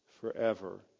forever